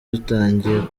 dutangiye